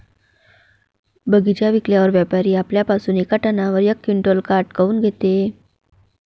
बगीचा विकल्यावर व्यापारी आपल्या पासुन येका टनावर यक क्विंटल काट काऊन घेते?